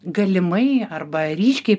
galimai arba ryškiai